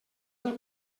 del